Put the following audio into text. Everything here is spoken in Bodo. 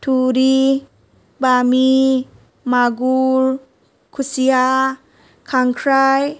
थुरि बामि मागुर खुसिया खांख्राइ